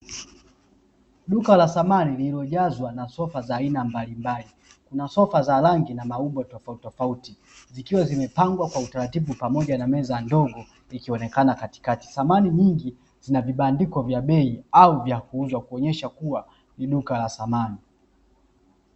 Duka la samani lililojazwa na sofa za aina mbalimbali. Kuna sofa za rangi na maumbo tofauti tofauti, zikiwa zimepangwa kwa utaratibu pamoja na meza ndogo, ikionekana katikati. Samani nyingi zina vibandiko vya bei au kuuzwa kuonyesha kuwa ni duka la samani.